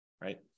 right